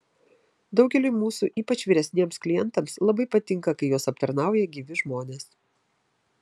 daugeliui mūsų ypač vyresniems klientams labai patinka kai juos aptarnauja gyvi žmonės